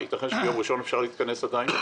ייתכן שביום ראשון אפשר להתכנס עדיין,